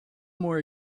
more